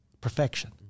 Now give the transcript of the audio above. perfection